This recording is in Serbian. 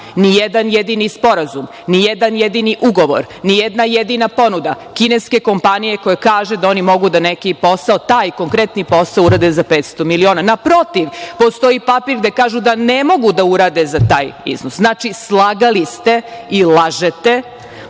nijedan jedini sporazum, nijedan jedini ugovor, nijedna jedina ponuda kineske kompanije koja kaže da oni mogu da neki posao, taj konkretni posao, da urade za 500 miliona. Naprotiv, postoji papir gde kažu da ne mogu da urade za taj iznos. Znači, slagali ste i lažete